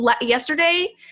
Yesterday